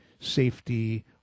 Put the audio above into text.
safety